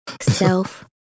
self